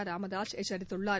ராமதாசு எச்சரித்துள்ளார்